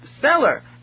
seller